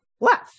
Left